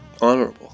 honorable